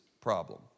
problem